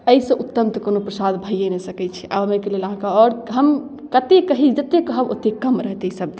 एहिसँ उत्तम तऽ कोनो प्रसाद भैए नहि सकै छै आब एहिके लेल आओर हम कतेक कही जतेक कहब ओतेक कम रहतै शब्द